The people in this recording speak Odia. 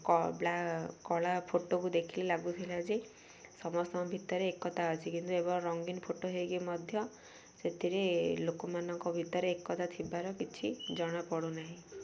କଳା ଫଟୋକୁ ଦେଖିଲି ଲାଗୁଥିଲା ଯେ ସମସ୍ତଙ୍କ ଭିତରେ ଏକତା ଅଛି କିନ୍ତୁ ଏବଂ ରଙ୍ଗୀନ ଫଟୋ ହେଇକି ମଧ୍ୟ ସେଥିରେ ଲୋକମାନଙ୍କ ଭିତରେ ଏକତା ଥିବାର କିଛି ଜଣାପଡ଼ୁନାହିଁ